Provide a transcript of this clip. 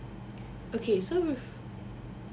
okay so with